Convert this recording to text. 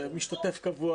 משרד הבריאות,